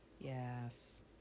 yes